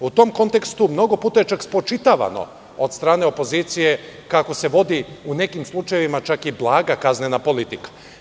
U tom kontekstu mnogo puta je spočitavano od strane opozicije kako se vodi, u nekim slučajevima, blaga kaznena politika.